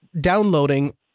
downloading